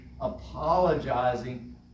apologizing